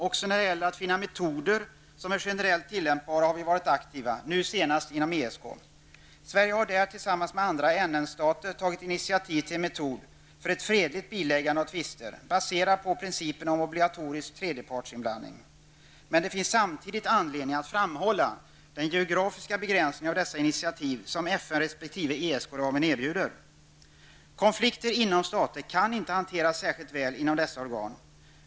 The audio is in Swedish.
Också när det gäller att finna metoder som är generellt tillämpbara har vi varit aktiva, senast inom ESK. Sverige har där tillsammans med andra NN-stater tagit initiativ till en metod för ett fredligt biläggande av tvister, baserad på principen om obligatorisk tredjepartsinblandning. Men det finns samtidigt anledning att framhålla vikten av den geografiska begränsning av de initiativ som FN rep.- ESK ramen erbjuder. Konflikter inom stater kan inte hanteras särskilt väl inom dessa organ.